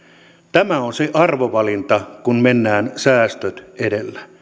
tämä on se arvovalinta kun mennään säästöt edellä